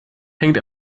hängt